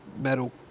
metal